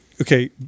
Okay